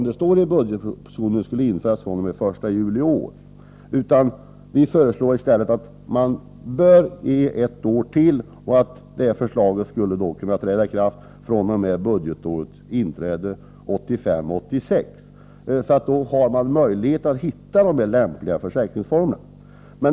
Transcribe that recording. Det bör inte införas fr.o.m. den 1 juli i år, som det föreslås i budgetpropositio nen, utan vi föreslår att man får ytterligare ett år på sig. Förslaget skulle alltså kunna träda i kraft fr.o.m. budgetåret 1985/86. Därmed får man möjlighet att hitta lämpliga former för försäkringsskyddet.